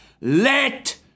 let